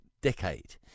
decade